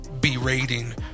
berating